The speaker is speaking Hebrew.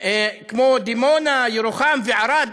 כמו דימונה, ירוחם וערד.